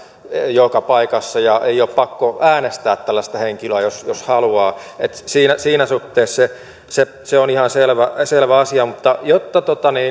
joka paikassa ja ei ole pakko äänestää tällaista henkilöä jos jos ei halua siinä suhteessa se se on ihan selvä asia mutta